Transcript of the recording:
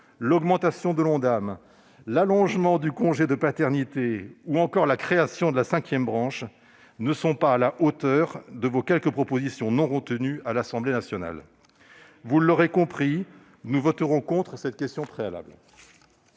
l'augmentation de l'Ondam, l'allongement du congé de paternité, ou encore la création de la cinquième branche ne sont pas la hauteur de vos quelques propositions non retenues à l'Assemblée nationale. Vous l'aurez compris, nous voterons contre cette question préalable.